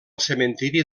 cementiri